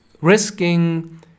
risking